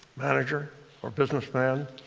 manager or businessman,